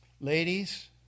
Ladies